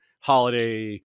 holiday